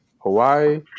Hawaii